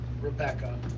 Rebecca